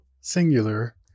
singular